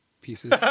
pieces